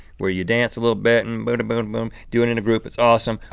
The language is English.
where you dance a little bit, and boodaboomboom, do it in a group, it's awesome. i